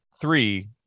three